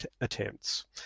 attempts